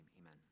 amen